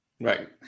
right